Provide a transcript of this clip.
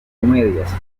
comedias